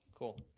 cool.